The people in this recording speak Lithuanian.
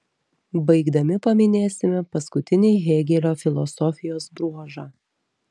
baigdami paminėsime paskutinį hėgelio filosofijos bruožą